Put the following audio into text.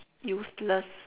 useless